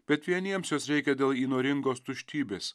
bet vieniems jos reikia dėl įnoringos tuštybės